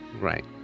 Right